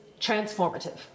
transformative